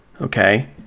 okay